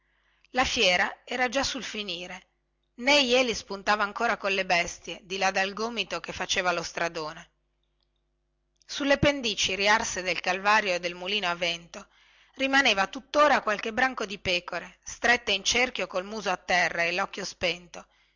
la fiera era già sul finire nè jeli spuntava ancora colle bestie di là del gomito che faceva lo stradone sulle pendici riarse dal calvario e dal mulino a vento rimaneva tuttora qualche branco di pecore strette in cerchio col muso a terra e locchio spento